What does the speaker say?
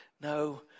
No